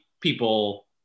people